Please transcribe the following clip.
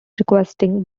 requesting